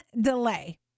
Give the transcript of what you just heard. delay